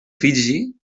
fiji